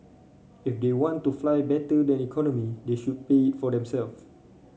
if they want to fly better than economy they should pay for